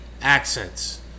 accents